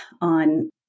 on